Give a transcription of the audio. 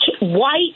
white